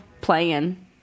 playing